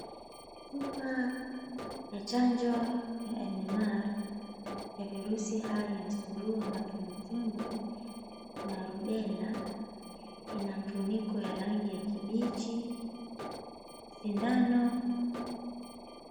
Chupa ya chanjo ya MMR ya virusi hai ya surua, matumbwitumbwi na rubella ina mfuniko ya rangi ya kibichi, sindano.